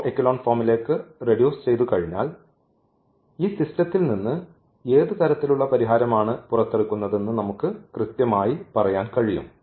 raw echelon ഫോമിലേക്ക് reduce ചെയ്തുകഴിഞ്ഞാൽ ഈ സിസ്റ്റത്തിൽ നിന്ന് ഏത് തരത്തിലുള്ള പരിഹാരമാണ് പുറത്തെടുക്കുന്നതെന്ന് നമുക്ക് കൃത്യമായി പറയാൻ കഴിയും